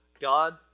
God